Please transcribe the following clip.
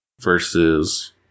versus